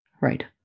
Right